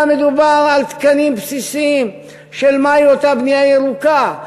אלא מדובר על תקנים בסיסיים של מהי אותה בנייה ירוקה,